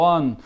One